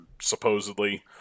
supposedly